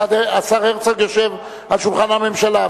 השר הרצוג יושב אל שולחן הממשלה,